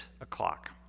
o'clock